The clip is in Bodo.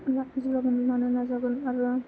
जेब्लाबो मावनो नाजागोन आरो